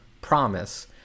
promise